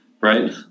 right